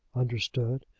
understood!